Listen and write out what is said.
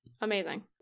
amazing